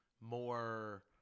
more